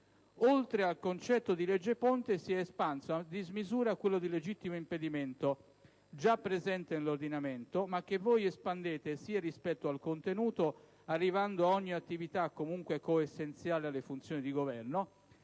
Oltre al concetto di legge ponte si è espanso a dismisura quello di legittimo impedimento, già presente nell'ordinamento, ma che voi espandete rispetto sia al contenuto, arrivando ad ogni attività comunque coessenziale alle funzioni di Governo,